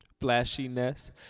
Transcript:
flashiness